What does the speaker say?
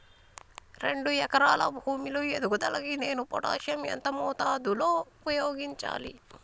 రెండు ఎకరాల భూమి లో ఎదుగుదలకి నేను పొటాషియం ఎంత మోతాదు లో ఉపయోగించాలి?